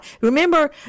Remember